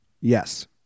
yes